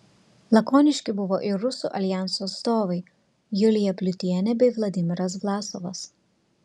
lakoniški buvo ir rusų aljanso atstovai julija pliutienė bei vladimiras vlasovas